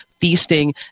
feasting